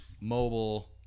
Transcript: mobile